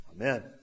amen